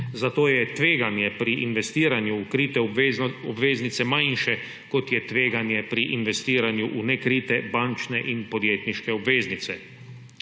Zato je tveganje pri investiranju v krite obveznice manjše, kot je tveganje pri investiranju v nekrite bančne in podjetniške obveznice.